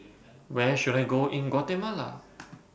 Where should I Go in Guatemala